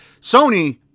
Sony